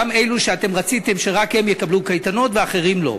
גם לא אלו שאתם רציתם שרק הם יקבלו קייטנות ואחרים לא.